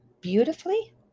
beautifully